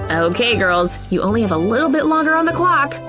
ok girls, you only have a little bit longer on the clock!